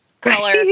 color